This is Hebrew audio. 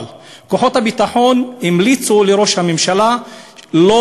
כוחות הביטחון המליצו לראש הממשלה לא